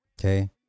okay